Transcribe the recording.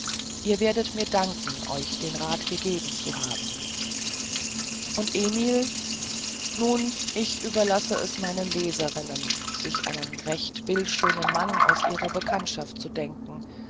ihr werdet mir danken euch den rat gegeben zu haben und emil nun ich überlasse es meinen leserinnen sich einen recht bildschönen mann aus ihrer bekanntschaft zu denken